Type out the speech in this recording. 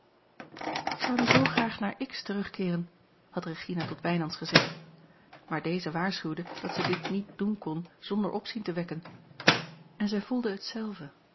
ik zou nu zoo graag naar x terugkeeren had regina tot wijnands gezegd maar deze waarschuwde dat zij dit niet doen kon zonder opzien te wekken en zij voelde